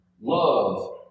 Love